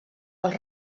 els